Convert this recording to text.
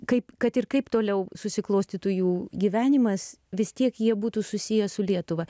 kaip kad ir kaip toliau susiklostytų jų gyvenimas vis tiek jie būtų susiję su lietuva